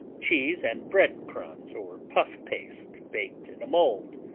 cheese and bread crumbs or puff paste, baked in a mold,